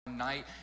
night